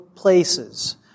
places